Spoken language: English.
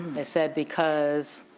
they said because